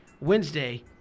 Wednesday